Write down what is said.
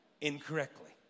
incorrectly